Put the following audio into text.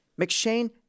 McShane